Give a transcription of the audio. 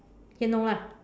here no lah